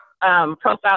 profile